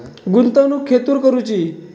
गुंतवणुक खेतुर करूची?